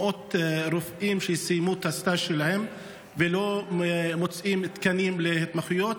מאות רופאים שסיימו את הסטאז' שלהם ולא מוצאים תקנים להתמחויות.